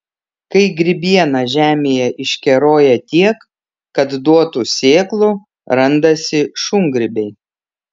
kai grybiena žemėje iškeroja tiek kad duotų sėklų randasi šungrybiai